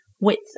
width